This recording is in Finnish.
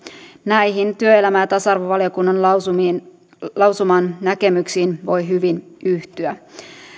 näihin työelämä ja tasa arvovaliokunnan lausuman näkemyksiin voi hyvin yhtyä